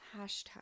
Hashtag